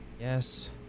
Yes